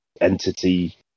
entity